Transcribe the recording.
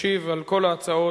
ישיב על כל ההצעות,